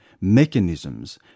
mechanisms